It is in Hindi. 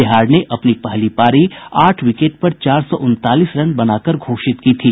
बिहार ने अपनी पहली परी आठ विकेट पर चार सौ उनतालीस रन बनाकर घोषित की थी